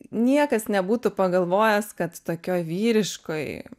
niekas nebūtų pagalvojęs kad tokioj vyriškoj